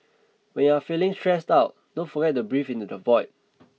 when you are feeling stressed out don't forget to breathe into the void